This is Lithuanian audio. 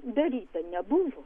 daryta nebuvo